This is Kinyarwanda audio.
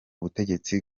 butegetsi